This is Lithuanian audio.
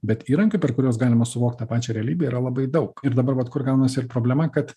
bet įrankių per kuriuos galima suvokt tą pačią realybę yra labai daug ir dabar vat kur gaunasi ir problema kad